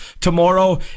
tomorrow